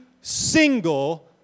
single